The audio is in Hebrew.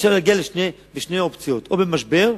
אפשר להגיע בשתי אופציות: או במשבר,